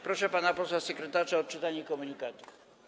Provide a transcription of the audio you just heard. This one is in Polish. Proszę pana posła sekretarza o odczytanie komunikatu.